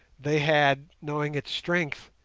they had, knowing its strength,